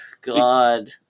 God